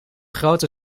grote